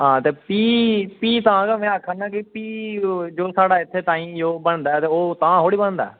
ते भी भी तां गै में आक्खा ना की ते भी जेह्का ताहीं साढ़े बनदा ओह् तुआहीं थोह्ड़े बनदा